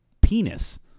penis